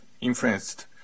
influenced